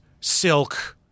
silk